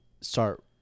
start